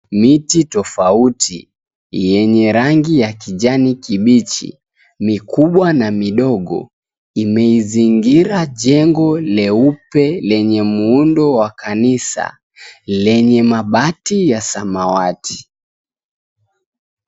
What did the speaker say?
Miti tofauti yenye rangi ya kijani kibichi mikubwa na midogo imeizingira jengo {cs}leupe{cs} lenye miundo la kanisa lenye mabati la samawati .